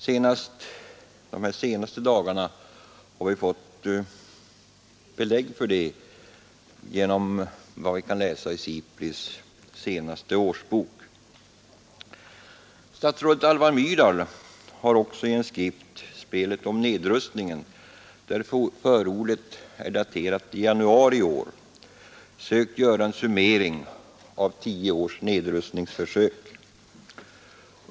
Under de sista dagarna har vi fått ytterligare belägg för det genom vad vi kunnat läsa i Statsrådet Alva Myrdal har också i en skrift, ”Spelet om nedrustningen”, där förordet är daterat i januari i år, sökt göra en summering av tio års nedrustningsförsök.